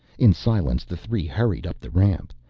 in silence the three hurried up the ramp.